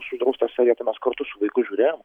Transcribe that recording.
uždraustą sėdėdamas kartu su vaiku žiūrėjau